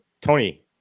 tony